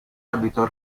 abito